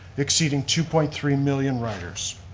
exceeding two point three million riders.